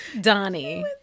Donnie